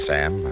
Sam